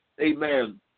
Amen